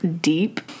deep